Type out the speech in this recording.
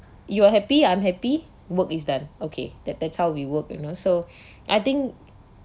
you are happy I'm happy work is done okay that that's how we work you know so I think